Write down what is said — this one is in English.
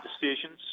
decisions